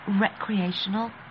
recreational